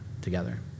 together